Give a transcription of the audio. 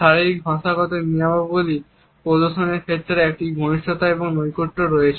শারীরিক ভাষাগত নিয়মাবলী প্রদর্শনের ক্ষেত্রে একটি ঘনিষ্ঠতা এবং নৈকট্য রয়েছে